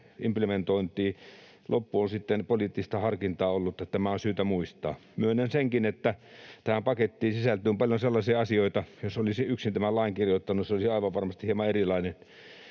implementointiin, loppu on sitten poliittista harkintaa ollut. Tämä on syytä muistaa. Myönnän senkin, että tähän pakettiin sisältyy paljon sellaisia asioita, että jos olisin yksin tämän lain kirjoittanut, se olisi aivan varmasti hieman erilainen,